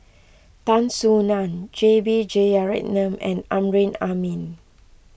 Tan Soo Nan J B Jeyaretnam and Amrin Amin